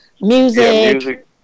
music